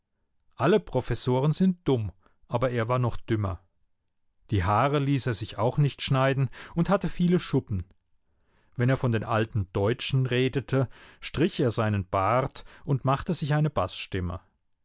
alle professoren sind dumm aber er war noch dümmer die haare ließ er sich auch nicht schneiden und hatte viele schuppen wenn er von den alten deutschen redete strich er seinen bart und machte sich eine baßstimme